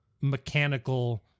mechanical